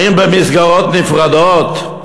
האם במסגרות נפרדות?